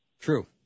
True